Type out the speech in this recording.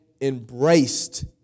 embraced